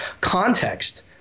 context